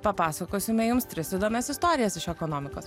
papasakosime jums tris įdomias istorijas iš ekonomikos